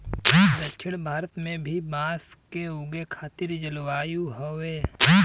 दक्षिण भारत में भी बांस के उगे खातिर जलवायु हउवे